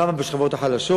כמה בשכבות החלשות?